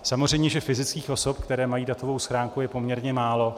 Samozřejmě že fyzických osob, které mají datovou schránku, je poměrně málo.